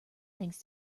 thanks